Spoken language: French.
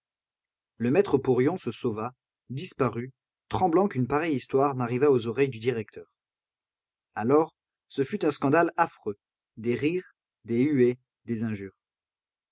le maître porion se sauva disparut tremblant qu'une pareille histoire n'arrivât aux oreilles du directeur alors ce fut un scandale affreux des rires des huées des injures